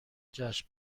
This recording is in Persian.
جشن